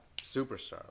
superstar